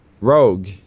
rogue